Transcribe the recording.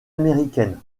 américaines